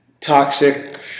toxic